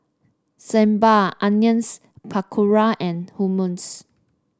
Sambar Onions Pakora and Hummus